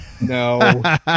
No